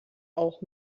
auch